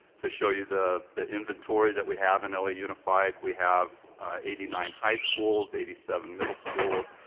to show you the the inventory that we have in la unified. we have eighty nine high schools, eighty seven middle schools,